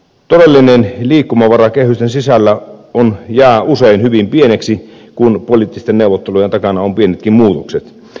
todellinen liikkumavara kehysten sisällä jää usein hyvin pieneksi kun poliittisten neuvottelujen takana ovat pienetkin muutokset